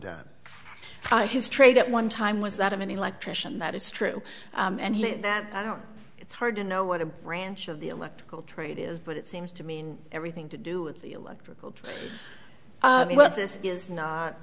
that his trade at one time was that of an electrician that is true and he said that i don't it's hard to know what a branch of the electrical trade is but it seems to mean everything to do with the electrical this is not